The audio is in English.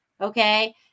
okay